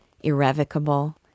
irrevocable